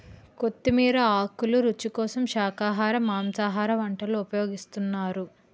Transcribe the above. కొత్తిమీర ఆకులు రుచి కోసం శాఖాహార మాంసాహార వంటల్లో ఉపయోగిస్తున్నారు